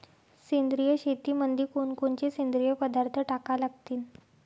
सेंद्रिय शेतीमंदी कोनकोनचे सेंद्रिय पदार्थ टाका लागतीन?